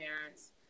parents